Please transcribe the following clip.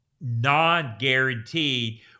non-guaranteed